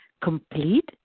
complete